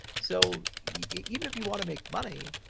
so, even if you want to make money,